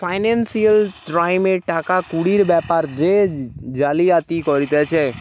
financial ক্রাইমে টাকা কুড়ির বেপারে যে জালিয়াতি করতিছে